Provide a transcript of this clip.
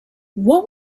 what